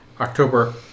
October